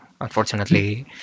Unfortunately